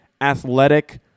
athletic